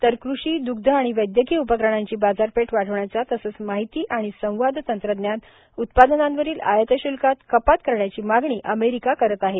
तर कृषी द्रग्ध आणि वैद्यकीय उपकरणांची बाजारपेठ वाढवण्याचा तसंच माहिती आणि संवाद तंत्रज्ञान उत्पादनांवरील आयात श्ल्कात कपात करण्याची मागणी अमेरिका करत आहे